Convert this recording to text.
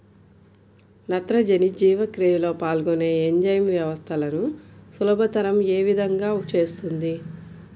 నత్రజని జీవక్రియలో పాల్గొనే ఎంజైమ్ వ్యవస్థలను సులభతరం ఏ విధముగా చేస్తుంది?